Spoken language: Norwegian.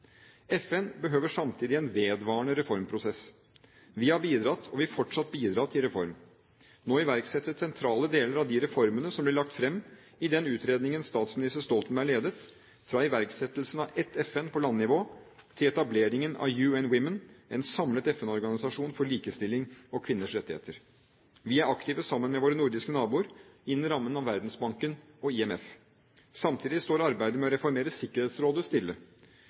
FN behøver samtidig en vedvarende reformprosess. Vi har bidratt og vil fortsatt bidra til reform. Nå iverksettes sentrale deler av de reformene som ble lagt fram i den utredningen statsminister Stoltenberg ledet – fra iverksettelsen av «Ett FN» på landnivå til etableringen av «UN Women», en samlet FN-organisasjon for likestilling og kvinners rettigheter. Vi er aktive sammen med våre nordiske naboer innen rammen av Verdensbanken og IMF. Samtidig står arbeidet med å reformere Sikkerhetsrådet stille.